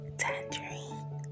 tangerine